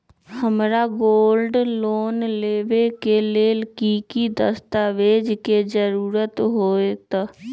हमरा gold loan लेबे के लेल कि कि दस्ताबेज के जरूरत होयेत?